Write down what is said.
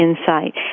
insight